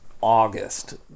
August